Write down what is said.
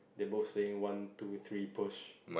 they both saying one two three push